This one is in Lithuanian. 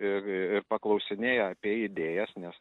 ir ir paklausinėja apie idėjas nes